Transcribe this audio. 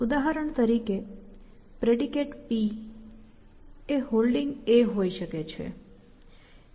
ઉદાહરણ તરીકે predicate P એ Holding હોઈ શકે છે